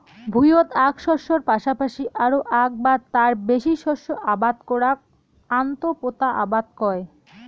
ভুঁইয়ত আক শস্যের পাশাপাশি আরো আক বা তার বেশি শস্য আবাদ করাক আন্তঃপোতা আবাদ কয়